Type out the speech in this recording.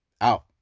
out